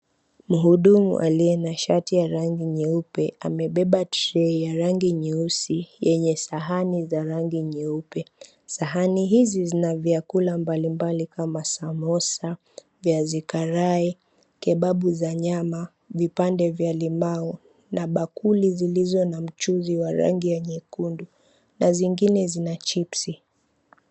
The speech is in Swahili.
Mhudumu aliye na shati ya rangi nyeupe amebeba trei ya rangi nyeusi yenye sahani za rangi nyeupe. Sahani hizi zina vyakula mbalimbali kama samosa, viazi karai, kebabu za nyama, vipande vya limao na bakuli zilizo na mchuzi wa rangi ya nyekundu na zingine zina chipsi.